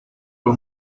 por